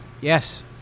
Yes